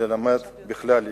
ללמד בכלל.